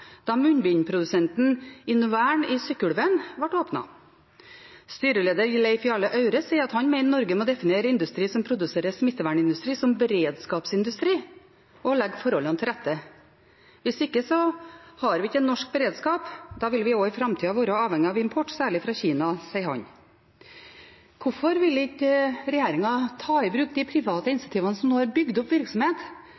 da munnbindprodusenten Innovern i Sykkylven ble åpnet. Styreleder Leif Jarle Aure sier at han mener Norge må definere industri som produserer smittevernindustri, som beredskapsindustri og legge forholdene til rette. «Dersom vi ikke har en norsk beredskap vil vi også i framtida være avhengig av import, særlig fra Kina», sier han. Hvorfor vil ikke regjeringen ta i bruk de private